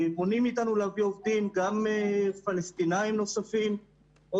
מונעים מאיתנו להביא עובדים גם פלסטינים נוספים או